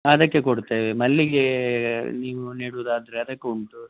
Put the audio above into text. ಅದಕ್ಕೆ ಕೊಡ್ತೇವೆ ಮಲ್ಲಿಗೆ ನೀವು ನೆಡುವುದಾದ್ರೆ ಅದಕ್ಕೂ ಉಂಟು